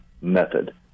method